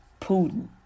Putin